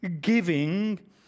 giving